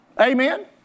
Amen